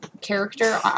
character